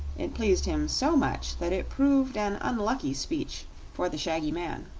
it pleased him so much that it proved an unlucky speech for the shaggy man.